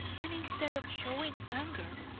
and instead of showing anger,